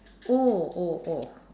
oh oh oh